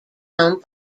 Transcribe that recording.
owned